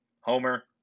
Homer